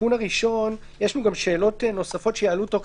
ויש שאלות נוספות שיעלו.